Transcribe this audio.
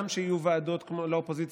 גם שיהיו ועדות לאופוזיציה,